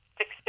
six